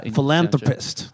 Philanthropist